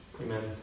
Amen